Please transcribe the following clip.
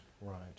right